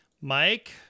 Mike